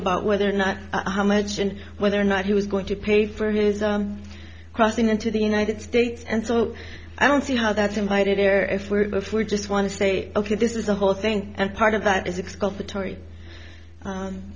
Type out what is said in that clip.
about whether or not how much and whether or not he was going to pay for his crossing into the united states and so i don't see how that's invited or if we're before just want to say ok this is the whole thing and part of that is